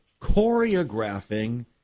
choreographing